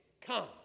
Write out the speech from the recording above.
Come